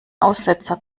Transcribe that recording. aussetzer